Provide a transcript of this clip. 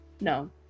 no